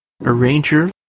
arranger